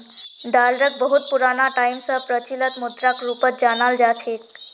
डालरक बहुत पुराना टाइम स प्रचलित मुद्राक रूपत जानाल जा छेक